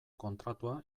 kontratua